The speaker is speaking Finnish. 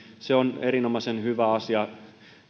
on erinomaisen hyvä asia